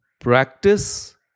practice